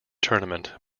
tournament